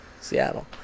Seattle